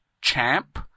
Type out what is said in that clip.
champ